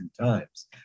times